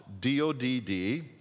D-O-D-D